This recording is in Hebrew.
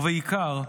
ובעיקר,